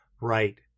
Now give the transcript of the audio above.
right